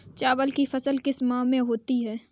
चावल की फसल किस माह में होती है?